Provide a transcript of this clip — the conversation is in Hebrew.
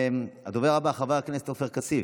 הדובר הבא, חבר הכנסת עופר כסיף,